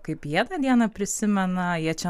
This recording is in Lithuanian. kaip jie tą dieną prisimena jie čia